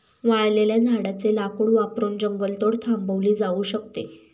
वाळलेल्या झाडाचे लाकूड वापरून जंगलतोड थांबवली जाऊ शकते